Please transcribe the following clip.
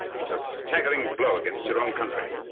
it's a staggering blow against your own country.